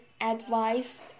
advice